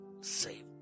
Save